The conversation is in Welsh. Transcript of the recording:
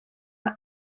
mae